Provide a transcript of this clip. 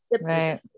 Right